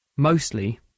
mostly